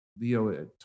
Leo